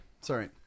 sorry